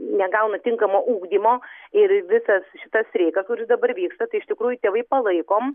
negauna tinkamo ugdymo ir visas šitą streiką kuris dabar vyksta tai iš tikrųjų tėvai palaikom